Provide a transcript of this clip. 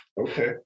Okay